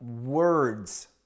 words